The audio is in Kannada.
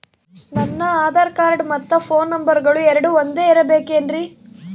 ನನ್ನ ಆಧಾರ್ ಕಾರ್ಡ್ ಮತ್ತ ಪೋನ್ ನಂಬರಗಳು ಎರಡು ಒಂದೆ ಇರಬೇಕಿನ್ರಿ?